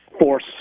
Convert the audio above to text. force